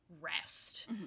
rest